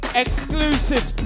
exclusive